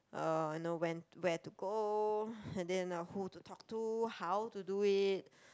um you know when where to go I didn't know who to talk to how to do it